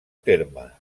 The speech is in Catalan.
terme